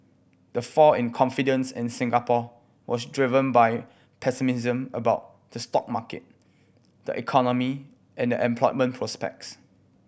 the fall in confidence in Singapore was driven by pessimism about the stock market the economy and the employment prospects